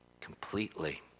completely